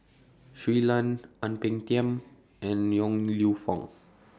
Shui Lan Ang Peng Tiam and Yong Lew Foong